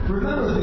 remember